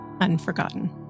Unforgotten